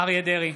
אריה מכלוף דרעי,